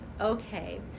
Okay